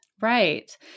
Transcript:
Right